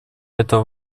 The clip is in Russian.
это